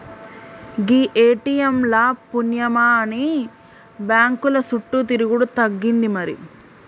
గీ ATM ల పుణ్యమాని బాంకుల సుట్టు తిరుగుడు తగ్గింది మరి